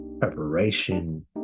preparation